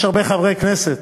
יש הרבה חברי כנסת